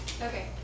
Okay